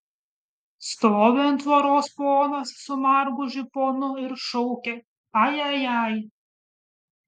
stovi ant tvoros ponas su margu žiponu ir šaukia ajajai